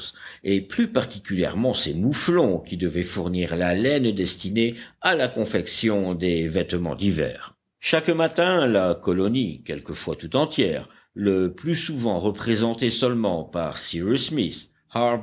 et plus particulièrement ces mouflons qui devaient fournir la laine destinée à la confection des vêtements d'hiver chaque matin la colonie quelquefois tout entière le plus souvent représentée seulement par